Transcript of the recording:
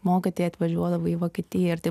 mokytojai atvažiuodavo į vokietiją ir tai